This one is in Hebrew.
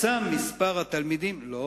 יצומצם מספר התלמידים, דוחים את זה בעשור.